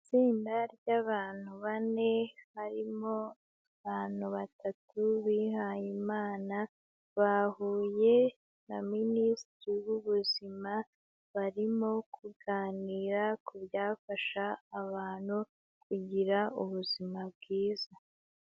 Itsinda ry’abantu bane, harimo abantu batatu bihaye Imana bahuye na minisitiri w’ubuzima, barimo kuganira ku byafasha abantu kugira ubuzima bwiza.